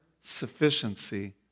sufficiency